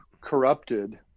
corrupted